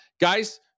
Guys